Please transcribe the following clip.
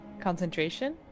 concentration